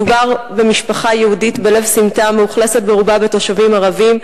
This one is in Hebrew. מדובר במשפחה יהודית בלב סמטה המאוכלסת ברובה בתושבים ערבים.